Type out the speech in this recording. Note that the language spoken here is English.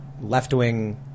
left-wing